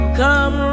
come